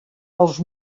els